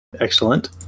Excellent